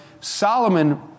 Solomon